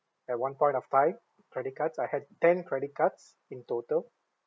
at one point of time credit cards I had ten credit cards in total